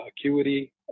acuity